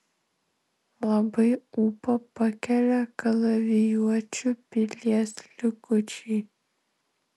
labai ūpą pakelia kalavijuočių pilies likučiai